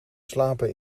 slapen